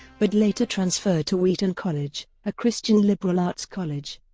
but later transferred to wheaton college, a christian liberal arts college.